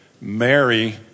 Mary